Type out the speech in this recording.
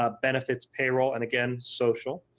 ah benefits, payroll, and again social.